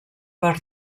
per